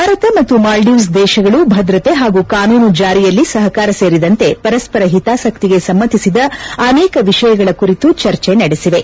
ಭಾರತ ಮತ್ತು ಮಾಲ್ಡೀವ್ಸ್ ದೇಶಗಳು ಭದ್ರತೆ ಹಾಗೂ ಕಾನೂನು ಜಾರಿಯಲ್ಲಿ ಸಹಕಾರ ಸೇರಿದಂತೆ ಪರಸ್ಪರ ಹಿತಾಸಕ್ಕಿಗೆ ಸಮ್ನತಿಸಿದ ಅನೇಕ ವಿಷಯಗಳ ಕುರಿತು ಚರ್ಚೆ ನಡೆಸಿವೆ